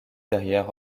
derrière